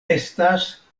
estas